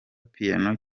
piano